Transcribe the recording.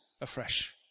afresh